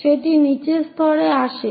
সেটি নিচের স্তরে আসে